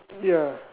ya